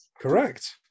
Correct